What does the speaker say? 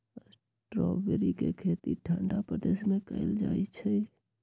strawberry के खेती ठंडा प्रदेश में कएल जाइ छइ